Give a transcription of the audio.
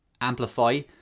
amplify